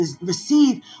Receive